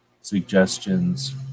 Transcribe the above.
suggestions